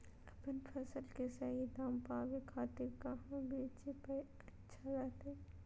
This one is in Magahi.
अपन फसल के सही दाम पावे खातिर कहां बेचे पर अच्छा रहतय?